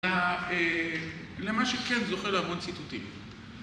למה שכן זוכה להמון ציטוטים.